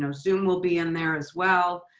so zoom will be in there as well.